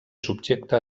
subjecta